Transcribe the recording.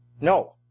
No